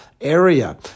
area